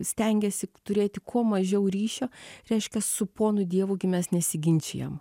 stengiasi turėti kuo mažiau ryšio reiškia su ponu dievu gi mes nesiginčijam